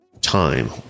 time